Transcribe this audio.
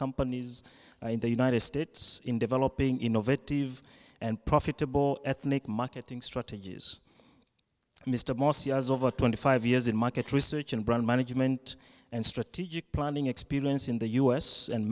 companies in the united states in developing innovative and profitable ethnic marketing strategies mr morsi has over twenty five years in market research and brand management and strategic planning experience in the u s and